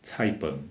cai png